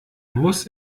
muss